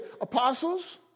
apostles